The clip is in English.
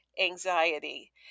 anxiety